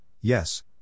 Yes